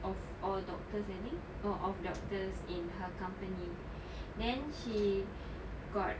of all doctors I think or of doctors in her company then she got